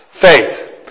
Faith